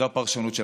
זו הפרשנות שלך,